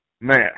man